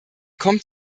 kommt